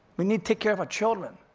we need take care of our children,